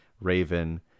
Raven